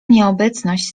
nieobecność